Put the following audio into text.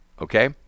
okay